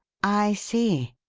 i see,